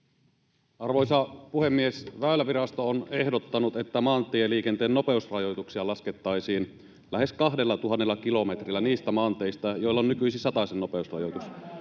Arvoisa puhemies! Väylävirasto on ehdottanut, että maantieliikenteen nopeusrajoituksia laskettaisiin lähes 2 000 kilometrillä niistä maanteistä, joilla on nykyisin satasen nopeusrajoitus.